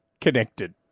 Connected